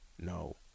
no